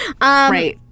Right